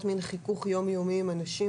וכשאני אומר "פטורי בידוד" זה מחלימים ומחוסנים.